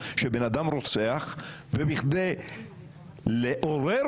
וגם כדי להראות